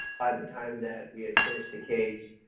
by the time that we had finished the case,